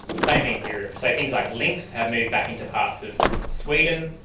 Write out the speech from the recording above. the same in europe. so things like lynx have moved back into parts of sweden,